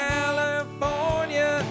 California